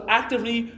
actively